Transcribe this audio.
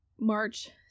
March